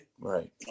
Right